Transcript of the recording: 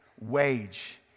wage